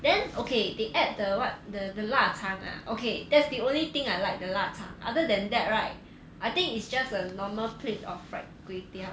then okay they add the [what] the the 腊肠 ah okay that's the only thing I like the 腊肠 other than that right I think it's just a normal plate of fried kway teow